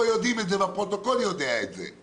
יודעים את זה והפרוטוקול יודע את זה,